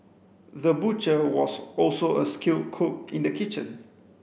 the butcher was also a skilled cook in the kitchen